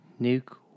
nuke